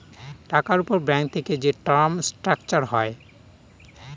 টাকার উপর ব্যাঙ্ক থেকে যে টার্ম স্ট্রাকচার হয়